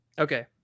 Okay